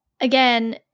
again